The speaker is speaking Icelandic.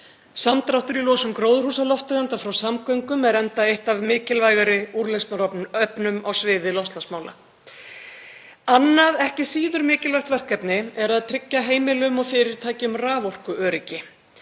Samdráttur í losun gróðurhúsalofttegunda frá samgöngum er enda eitt af mikilvægari úrlausnarefnum á sviði loftslagsmála. Annað ekki síður mikilvægt verkefni er að tryggja heimilum og fyrirtækjum raforkuöryggi.